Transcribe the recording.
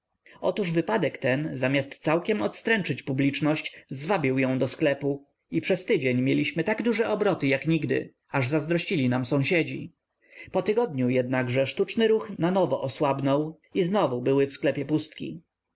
otóż wypadek ten zamiast całkiem odstręczyć publiczność zwabił ją do sklepu i przez tydzień mieliśmy tak duże obroty jak nigdy aż zazdrościli nam sąsiedzi po tygodniu jednakże sztuczny ruch nanowo osłabnął i znowu były w sklepie pustki